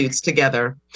together